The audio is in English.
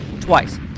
twice